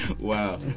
Wow